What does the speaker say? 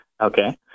Okay